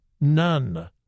None